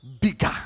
bigger